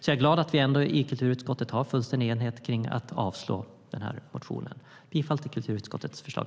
Jag är glad över att vi i kulturutskottet har fullständig enighet om att avslå denna motion. Jag yrkar bifall till kulturutskottets förslag.